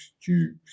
Jukes